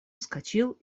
вскочил